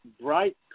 bright